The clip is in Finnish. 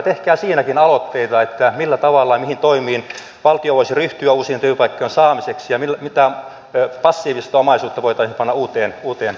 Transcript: tehkää siinäkin aloitteita että millä tavalla ja mihin toimiin valtio voisi ryhtyä uusien työpaikkojen saamiseksi ja mitä passiivista omaisuutta voitaisiin panna uuteen työhön